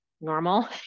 normal